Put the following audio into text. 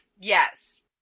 Yes